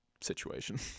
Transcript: situation